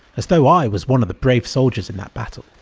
as though i was one of the brave soldiers in that battle.